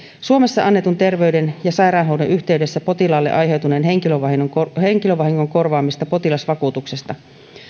suomessa annetun terveyden ja sairaanhoidon yhteydessä potilaalle aiheutuneen henkilövahingon henkilövahingon korvaamista potilasvakuutuksesta